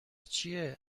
چیه